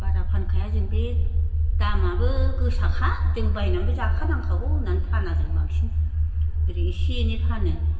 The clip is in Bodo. बारा फानखाया जों बे दामआबो गोसाखा जों बायनानैबो जाखानांखागौ होननानै फाना जों बांसिन ओरैनो इसे एनै फानो